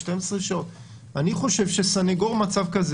12 שעות - אני חושב שסנגור במצב כזה